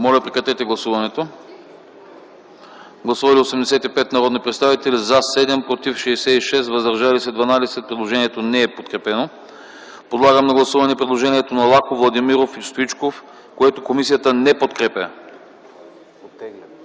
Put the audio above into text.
комисията не подкрепя. Гласували 85 народни представители: за 7, против 66, въздържали се 12. Предложението не е прието. Подлагам на гласуване предложението на Лаков, Владимиров и Стоичков, което комисията не подкрепя.